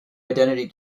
identity